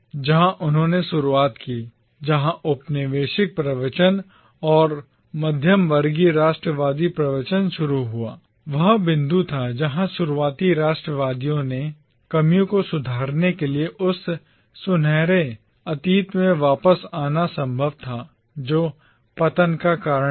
जहां उन्होंने शुरुआत की जहां औपनिवेशिक प्रवचन और मध्यवर्गीय राष्ट्रवादी प्रवचन शुरू हुआ वह बिंदु था जहां शुरुआती राष्ट्रवादियों ने तर्क दिया कि कमियों को सुधारने के लिए उस सुनहरे सुनहरे अतीत में वापस आना संभव था जो पतन का कारण बना